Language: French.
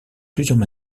plusieurs